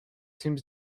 seems